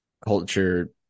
culture